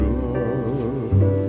love